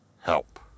help